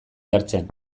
jartzen